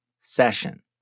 session